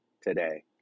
today